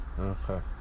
Okay